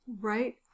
right